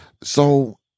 So-